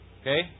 Okay